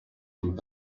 from